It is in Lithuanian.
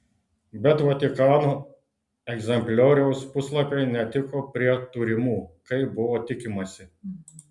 bet vatikano egzemplioriaus puslapiai netiko prie turimų kaip buvo tikimasi